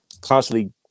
constantly